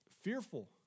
fearful